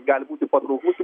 gali būti patrauklus